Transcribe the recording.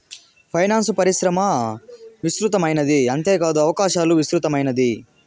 finance పరిశ్రమ విస్తృతమైనది అంతేకాదు అవకాశాలు విస్తృతమైనది